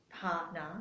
partner